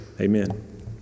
Amen